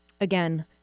Again